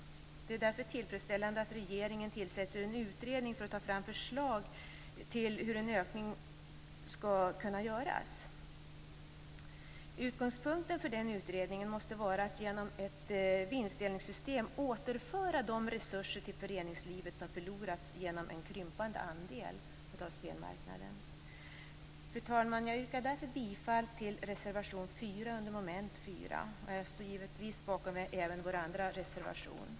Det är därför tillfredsställande att regeringen tillsätter en utredning för att ta fram förslag till hur det kan bli en ökning. Utgångspunkten för den utredningen måste vara att genom ett vinstdelningssystem återföra de resurser till föreningslivet som förlorats genom en krympande andel av spelmarknaden. Fru talman! Jag yrkar därför bifall till reservation 4 under mom. 4. Givetvis står jag även bakom vår andra reservation.